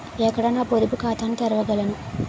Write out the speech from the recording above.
ఎక్కడ నా పొదుపు ఖాతాను తెరవగలను?